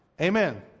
amen